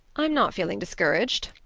i'm not feeling discouraged,